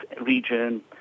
region